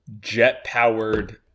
jet-powered